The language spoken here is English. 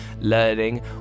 learning